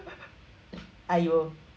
!aiyo!